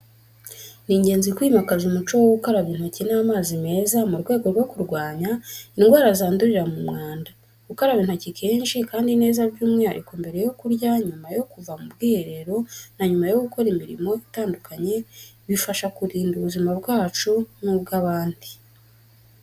Ni ingenzi kwimakaza umuco wo gukaraba intoki n’amazi meza mu rwego rwo kurwanya indwara zandurira mu mwanda. Gukaraba intoki kenshi kandi neza, by'umwihariko mbere yo kurya, nyuma yo kuva mu bwiherero, na nyuma yo gukora imirimo itandukanye, bifasha kurinda ubuzima bwacu n'ubw’abandi.